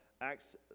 acts